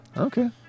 Okay